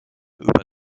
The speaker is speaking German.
über